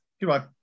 Goodbye